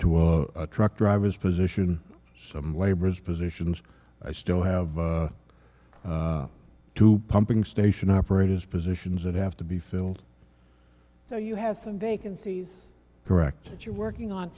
to a truck driver's position some laborers positions i still have to pumping station operators positions that have to be filled so you have some vacancies correct that you're working